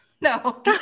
No